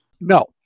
No